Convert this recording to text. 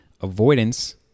Avoidance